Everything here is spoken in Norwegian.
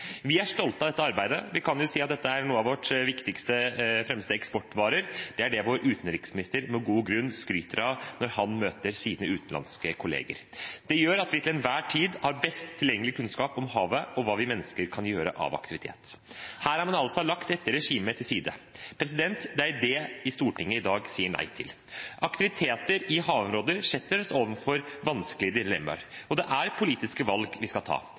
Vi er stolte av dette arbeidet. Vi kan si at dette er en av våre viktigste og fremste eksportvarer. Det er det vår utenriksminister med god grunn skryter av når han møter sine utenlandske kolleger. Det gjør at vi til enhver tid har best tilgjengelig kunnskap om havet og hva vi mennesker kan gjøre av aktivitet. Her har man altså lagt dette regimet til side. Det er det Stortinget i dag sier nei til. Aktiviteter i havområdene stiller oss overfor vanskelige dilemmaer, og det er politiske valg vi skal ta.